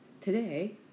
Today